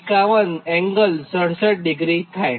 51∠67° થાય